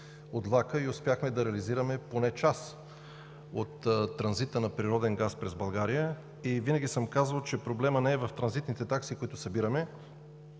от влака и успяхме да реализираме поне част от транзита на природен газ през България. Винаги съм казвал, че проблемът не е в транзитните такси, които събираме,